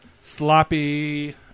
sloppy